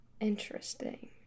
interesting